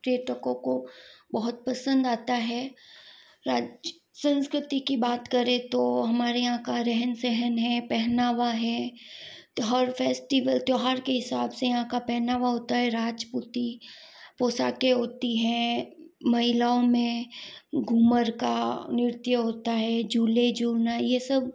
पर्यटकों को बहुत पसंद आता है राज्य संस्कृति की बात करें तो हमारे यहाँ का रहन सहन है पहनावा है तो हर फेस्टिवल त्यौहार के हिसाब से यहाँ का पहनावा होता है राजपूती पोशाकें होती हैं महिलाओं में घूमर का नृत्य होता है झूले झूलना ये सब